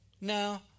No